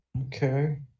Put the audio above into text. Okay